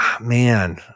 man